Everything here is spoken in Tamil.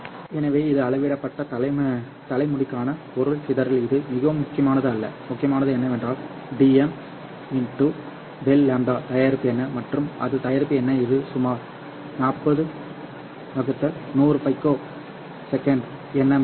எனவே இது இப்போது அளவிடப்பட்ட தலைமுடிக்கான பொருள் சிதறல் இது மிகவும் முக்கியமானது அல்ல முக்கியமானது என்னவென்றால் Dm ∆ λ தயாரிப்பு என்ன மற்றும் அந்த தயாரிப்பு என்ன இது சுமார் 40 100 பைக்கோசெக் என்எம் கி